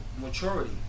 maturity